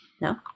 No